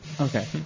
Okay